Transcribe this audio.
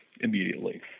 immediately